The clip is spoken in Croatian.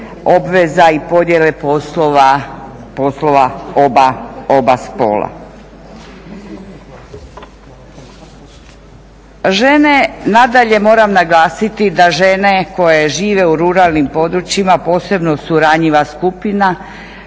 obveza i podjele poslova oba spola. Žene nadalje moram naglasiti da žene koje žive u ruralnim područjima posebno su ranjiva skupina